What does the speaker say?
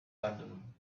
london